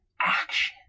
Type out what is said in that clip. action